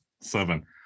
seven